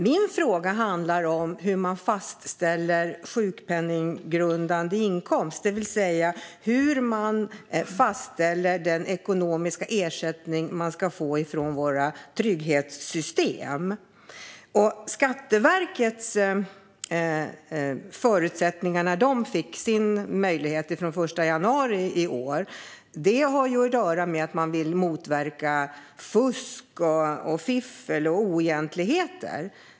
Min fråga handlar om hur man fastställer sjukpenninggrundande inkomst, det vill säga hur man fastställer den ekonomiska ersättningen från våra trygghetssystem. Att Skatteverket fick denna möjlighet från den 1 januari i år har att göra med att man vill motverka fusk, fiffel och oegentligheter.